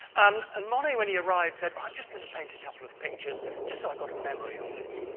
um and monet, when he arrived, said, um just kind of paint a couple of pictures, just so i've got a memory of it.